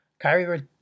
Kyrie